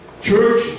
Church